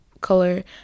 color